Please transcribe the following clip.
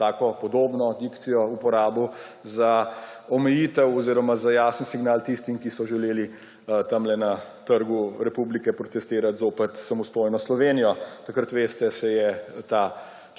Ertl podobno dikcijo uporabil za omejitev oziroma za jasen signal tistim, ki so želeli tam na Trgu Republike protestirati zoper samostojno Slovenijo. Takrat, veste, se je ta